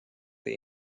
the